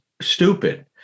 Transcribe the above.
stupid